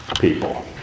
people